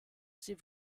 sie